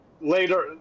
later